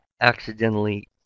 accidentally